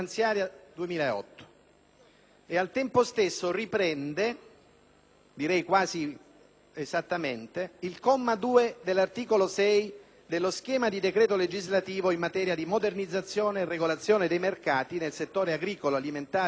Al tempo stesso riprende - direi quasi esattamente - il comma 2 dell'articolo 6 dello schema di decreto legislativo in materia di modernizzazione e regolazione dei mercati nel settore agricolo, alimentare e forestale,